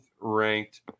ranked